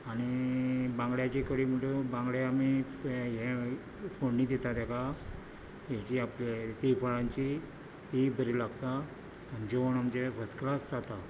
आनी बंगड्याची कडी म्हणटगूत बांगडे आमी फे हें फडनी दिता तेका हेजी आपली तिरफळांची तीय बरी लागता जेवण आमचें फस्ट क्लास जाता